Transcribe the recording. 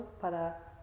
para